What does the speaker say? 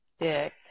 Dick